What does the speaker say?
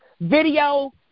video